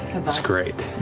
it's great.